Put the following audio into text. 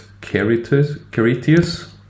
Caritius